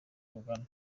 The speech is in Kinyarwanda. rugana